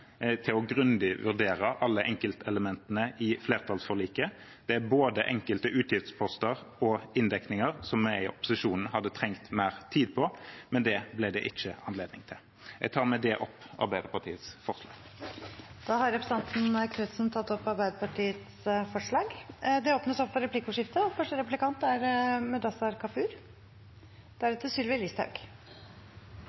til grundig å vurdere alle enkeltelementene i flertallsforliket. Det er både enkelte utgiftsposter og inndekninger vi i opposisjonen hadde trengt mer tid på, men det ble det ikke anledning til. Jeg tar med det opp Arbeiderpartiets forslag. Representanten Eigil Knutsen har tatt opp de forslagene han refererte til. Det blir replikkordskifte.